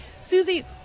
Susie